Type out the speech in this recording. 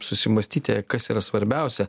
susimąstyti kas yra svarbiausia